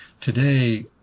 Today